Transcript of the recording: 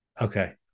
Okay